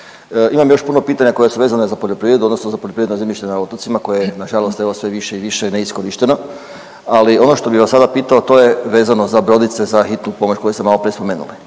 Imam još puno pitanja koja su vezana za poljoprivredu odnosno za poljoprivredno zemljište na otocima koje je nažalost evo sve više i više neiskorišteno, ali ono što bi vas sada pitao to je vezano za brodice, za hitnu pomoć koju ste maloprije spomenuli.